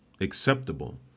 acceptable